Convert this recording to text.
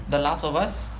the last of us